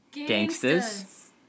Gangsters